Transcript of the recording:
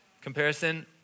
Comparison